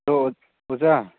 hello ꯑꯣꯖꯥ